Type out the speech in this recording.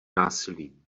násilím